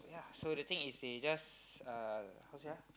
ya so the thing is they just uh how say lah